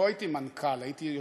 לא הייתי מנכ"ל, הייתי יושב-ראש.